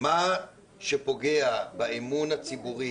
מה שפוגע באמון הציבורי,